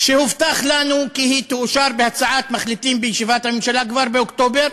שהובטח לנו כי היא תאושר בהצעת מחליטים בישיבת הממשלה כבר באוקטובר,